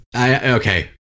Okay